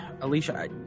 Alicia